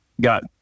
got